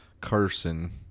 Carson